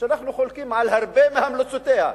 אנחנו חולקים על הרבה מהמלצותיה,